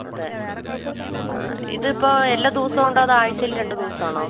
അതെ ആ ഇതിപ്പം എല്ലാ ദിവസസവും ഉണ്ടോ അതോ ആഴ്ച്ചയിൽ രണ്ട് ദിവസമാണോ